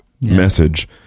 message